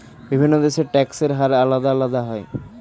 বিভিন্ন দেশের ট্যাক্সের হার আলাদা আলাদা হয়